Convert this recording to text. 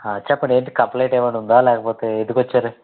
చెప్పండి ఏంటి కంప్లైంట్ ఏమైనా ఉందా లేకపోతే ఎందుకు వచ్చారు